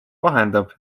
vahendab